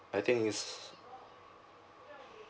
I think is